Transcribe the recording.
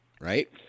right